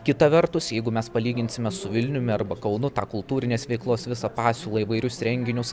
kita vertus jeigu mes palyginsime su vilniumi arba kaunu tą kultūrinės veiklos visą pasiūlą įvairius renginius